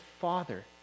Father